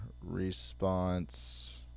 response